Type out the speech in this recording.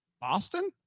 Boston